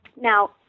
Now